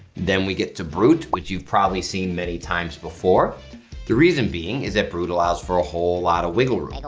then we get to brut which you've probably seen many times before the reason being is that brut allows for a whole lot of wiggle room, but